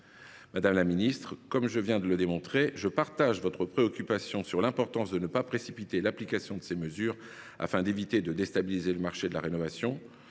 Madame la ministre, comme je viens de le démontrer, je partage votre préoccupation sur l’importance de ne pas précipiter l’application de ces mesures afin d’éviter de déstabiliser le marché de la rénovation.